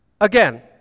again